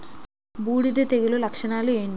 బూడిద తెగుల లక్షణాలు ఏంటి?